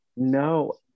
No